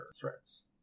threats